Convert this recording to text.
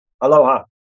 Aloha